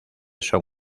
son